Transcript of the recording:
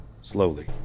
slowly